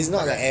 correct